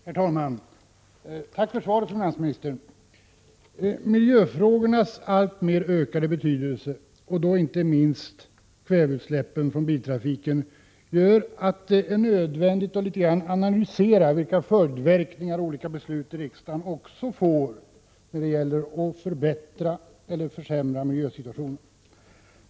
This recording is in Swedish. Herr talman! Jag tackar finansministern för svaret. Miljöfrågornas alltmer ökade betydelse, och då inte minst kväveutsläppen från biltrafiken, gör det nödvändigt att analysera vilka följdverkningar olika beslut i riksdagen får också när det gäller att förbättra eller försämra miljösituationen.